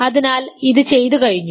അതിനാൽ ഇത് ചെയ്തു കഴിഞ്ഞു